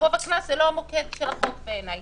גובה הקנס הוא לא מוקד הצעת החוק בעיניי.